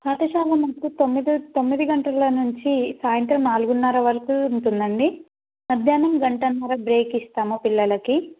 పాఠశాల మట్టుకు తొమ్మిది తొమ్మిది గంటల నుంచి సాయంత్రం నాలుగున్నర వరకు ఉంటుందండి మధ్యాహ్నం గంటన్నర బ్రేక్ ఇస్తాము పిల్లలకి